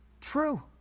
true